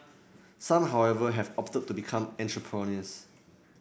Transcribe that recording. some however have opted to become entrepreneurs